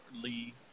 Lee